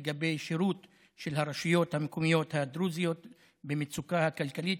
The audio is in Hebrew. לגבי שירות של הרשויות המקומיות הדרוזיות במצוקה הכלכלית,